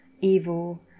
evil